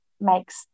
makes